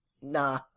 nah